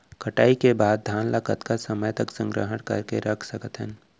कटाई के बाद धान ला कतका समय तक संग्रह करके रख सकथन?